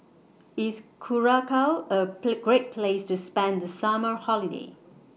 IS Curacao A Play Great Place to spend The Summer Holiday